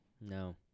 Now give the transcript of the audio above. No